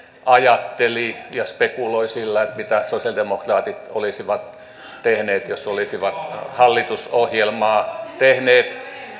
ajatteli ja spekuloi sillä mitä sosialidemokraatit olisivat tehneet jos olisivat hallitusohjelmaa tehneet